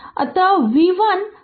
अत v 1 15 volt होगा